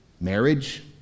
marriage